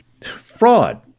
fraud